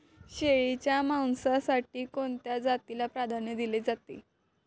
शेळीच्या मांसासाठी कोणत्या जातीला प्राधान्य दिले जाते?